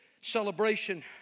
celebration